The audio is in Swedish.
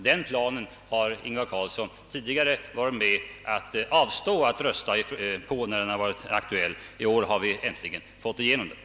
Den planen har herr Ingvar Carlsson tidigare avstått från att rösta om när den varit aktuell. I år har vi äntligen fått igenom den.